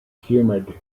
humid